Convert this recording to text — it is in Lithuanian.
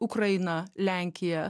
ukraina lenkija